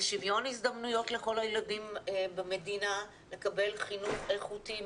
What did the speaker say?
לשוויון הזדמנויות לכל הילדים במדינה לקבל חינוך איכותי,